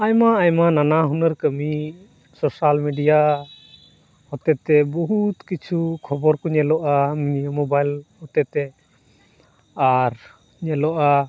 ᱟᱭᱢᱟ ᱟᱭᱢᱟ ᱱᱟᱱᱟ ᱦᱩᱱᱟᱹᱨ ᱠᱟᱹᱢᱤ ᱥᱳᱥᱟᱞ ᱢᱤᱰᱤᱭᱟ ᱦᱚᱛᱮ ᱛᱮ ᱵᱩᱦᱩᱛ ᱠᱤᱪᱷᱩ ᱠᱷᱚᱵᱚᱨ ᱠᱚ ᱧᱮᱞᱚᱜᱼᱟ ᱱᱤᱭᱟᱹ ᱢᱳᱵᱟᱭᱤᱞ ᱦᱚᱛᱮ ᱛᱮ ᱟᱨ ᱧᱮᱞᱚᱜᱼᱟ